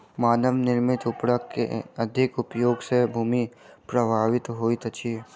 मानव निर्मित उर्वरक के अधिक उपयोग सॅ भूमि प्रभावित होइत अछि